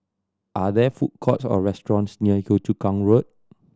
are there food courts or restaurants near Yio Chu Kang Road